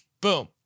boom